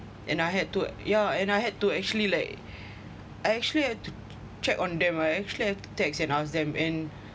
and I had to yeah and I had to actually like I actually had to check on them I actually have to text and ask them and